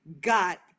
got